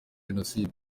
jenoside